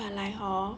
but like hor